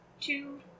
two